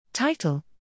Title